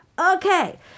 Okay